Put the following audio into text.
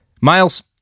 Miles